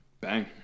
Bang